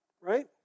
right